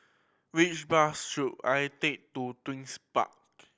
which bus should I take to Twin